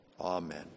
Amen